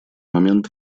момент